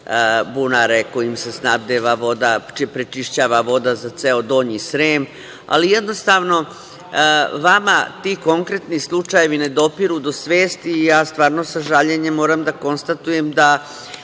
bunare kojim se snabdeva voda, prečišćava voda za ceo donji Srem. Ali, jednostavno vama ti konkretni slučajevi ne dopiru do svesti, i ja stvarno sa žaljenjem moram da konstatujem da